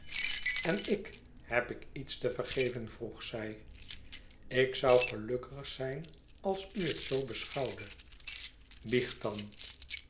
en ik heb ik iets te vergeven vroeg zij ik zoû gelukkig zijn als u het zoo beschouwde biecht dan